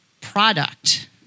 product